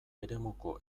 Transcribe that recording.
eremuko